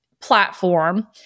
platform